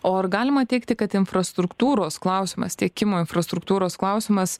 o ar galima teigti kad infrastruktūros klausimas tiekimo infrastruktūros klausimas